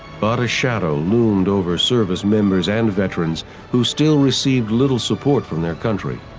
but a shadow loomed over service members and veterans who still received little support from their country.